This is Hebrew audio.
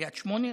קריית שמונה,